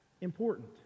important